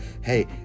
hey